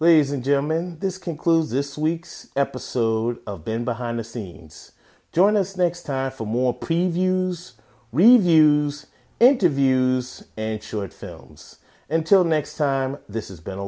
this in german this concludes this week's episode of been behind the scenes join us next hour for more previews reviews interviews and short films until next time this has been a